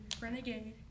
Renegade